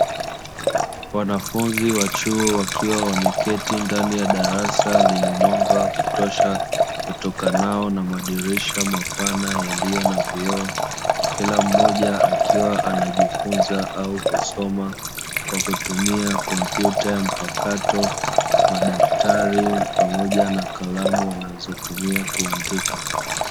Wanafunzi wa chuo wakiwa wameketi ndani ya darasa lenye mwanga wa kutosha utokanao na madirisha mapana yaliyo na vioo. Kila mmoja akiwa anajifunza au kusoma kwa kutumia kompyuta mpakato, madaftari pamoja na kalamu wanazotumia kuandika.